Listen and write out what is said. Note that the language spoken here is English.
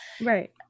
right